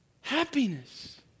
Happiness